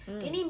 mm